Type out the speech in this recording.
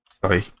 Sorry